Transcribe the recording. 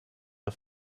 der